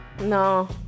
No